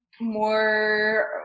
more